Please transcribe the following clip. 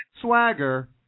Swagger